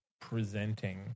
presenting